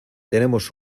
tenemos